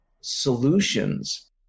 solutions